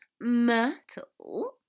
Myrtle